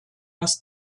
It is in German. was